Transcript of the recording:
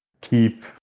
Keep